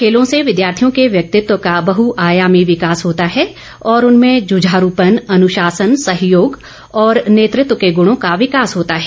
खेलों से विद्यार्थियों के व्यक्तित्व का बहुआयामी विकास होता है और उनमें जुझारूपन अनुशासन सहयोग और नेतृत्व के गुणों का विकास होता है